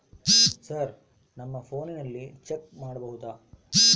Sir ನಮ್ಮ ಫೋನಿನಲ್ಲಿ check ಮಾಡಬಹುದಾ?